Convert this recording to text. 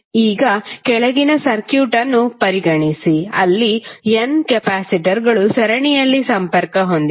ಈಗ ಕೆಳಗಿನ ಸರ್ಕ್ಯೂಟ್ ಅನ್ನು ಪರಿಗಣಿಸಿ ಅಲ್ಲಿ n ಕೆಪಾಸಿಟರ್ಗಳು ಸರಣಿಯಲ್ಲಿ ಸಂಪರ್ಕ ಹೊಂದಿವೆ